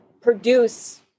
produce